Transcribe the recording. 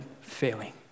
failing